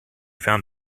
found